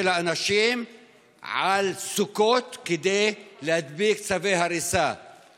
האנשים כדי להדביק צווי הריסה על סוכות.